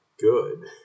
good